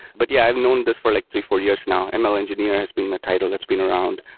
but, yeah, i've known this for like three, four years now. and ml engineer has been the title that's been around.